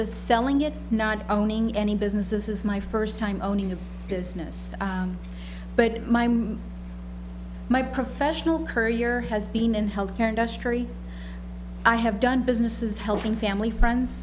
s selling it not owning any businesses is my first time owning a business but my mom my professional career has been in health care industry i have done businesses helping family friends